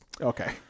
okay